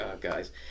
guys